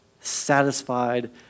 satisfied